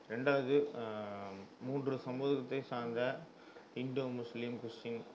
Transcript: ரெண்டாவது மூன்று சமூகத்தை சார்ந்த ஹிண்டு முஸ்லீம் கிறிஸ்டின்